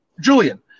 Julian